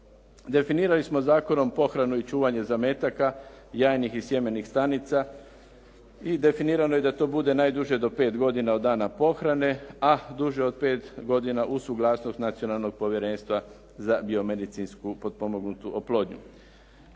Definirali smo zakonom pohranu i čuvanje zametaka, jajnih i sjemenih stanica i definirano je da to bude najduže do pet godina od dana pohrane a duže od pet godina uz suglasnost Nacionalnog povjerenstva za biomedicinski potpomognutu oplodnju.